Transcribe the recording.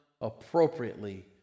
appropriately